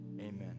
amen